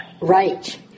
Right